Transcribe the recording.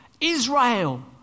Israel